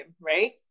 Right